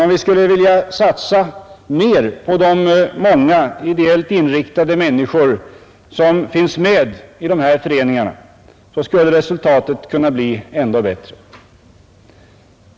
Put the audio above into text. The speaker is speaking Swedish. Om vi skulle vilja satsa mera på de många ideellt inriktade människor som finns med i dessa föreningar, skulle resultatet bli ännu bättre.